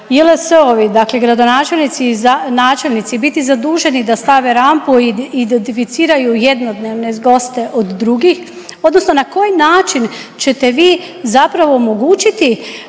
JLS-ovi dakle gradonačelnici i načelnici biti zaduženi da stave rampu i identificiraju jednodnevne goste od drugih, odnosno na koji način čete vi zapravo omogućiti